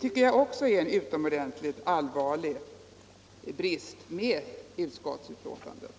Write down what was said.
Också det är en utomordentligt allvarlig brist med utskottsbetänkandet.